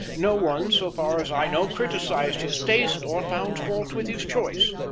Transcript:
no one, so far as i know, criticised his taste or found fault with his choice.